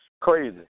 crazy